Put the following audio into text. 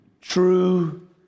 true